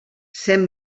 cent